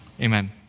Amen